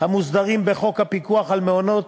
המוסדרים בחוק הפיקוח על מעונות